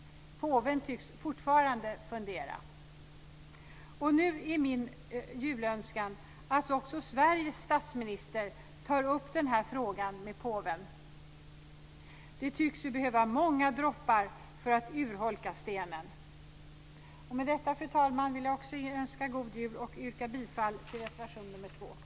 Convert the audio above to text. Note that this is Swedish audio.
Påven tycks fortfarande fundera. Nu är min julönskan att också Sveriges statsminister tar upp den här frågan med påven. Det tycks ju behövas många droppar för att urholka stenen. Fru talman! Med detta vill jag också önska god jul och yrka bifall till reservation nr 2.